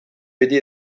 beti